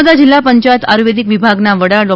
નર્મદા જિલ્લા પંચાયત આયુર્વેદિક વિભાગના વડા ડો